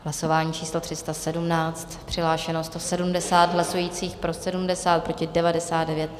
Hlasování číslo 317, přihlášeno 170 hlasujících, pro 70, proti 99.